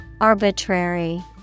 Arbitrary